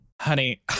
Honey